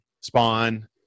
Spawn